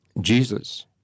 Jesus